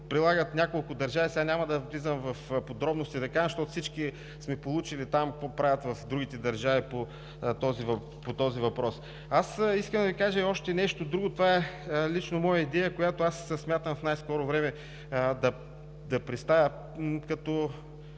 прилагат няколко държави. Сега няма да влизам в подробности да кажа, защото всички сме получили какво правят в другите държави по този въпрос. Искам да Ви кажа още нещо друго. Това е лично моя идея, която смятам в най-скоро време да представя като